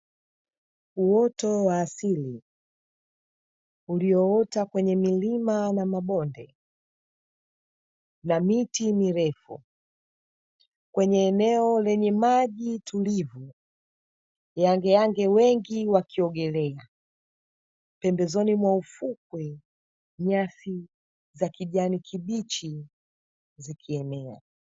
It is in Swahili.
Uoto wa asili ulioota kwenye milima na mabonde na miti mirefu kwenye eneo lenye maji tulivu, yangeyange wengi wakiogelea pembezoni mwa ufukwe, nyasi za kijani kibichi zikienea.